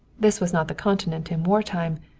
this was not the continent in wartime,